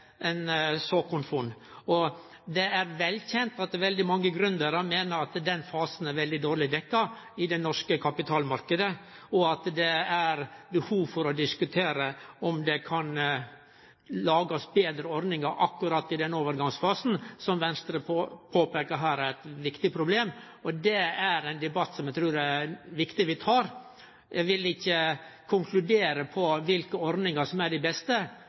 ein bank eller i eit såkornfond. Det er vel kjent at veldig mange gründerar meiner at den fasen er veldig dårleg dekt i den norske kapitalmarknaden, og at det er behov for å diskutere om det kan lagast betre ordningar akkurat i den overgangsfasen som Venstre her påpeikar er eit viktig problem. Det er ein debatt som eg trur det er viktig at vi tek. Eg vil ikkje konkludere på kva ordningar som er dei beste,